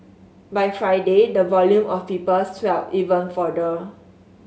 by Friday the volume of people swelled even further